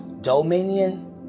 Dominion